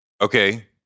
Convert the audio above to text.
Okay